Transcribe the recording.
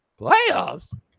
playoffs